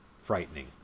frightening